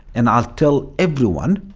and i'll tell everyone,